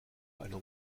einer